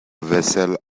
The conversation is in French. vaisselle